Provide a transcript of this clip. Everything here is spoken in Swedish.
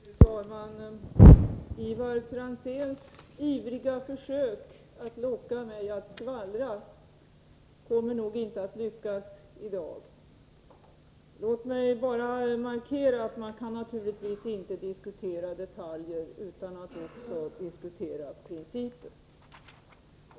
Fru talman! Ivar Franzéns ivriga försök att locka mig att skvallra kommer nog inte att lyckas i dag. Låt mig bara markera att man naturligtvis inte kan diskutera detaljer utan att också diskutera principer.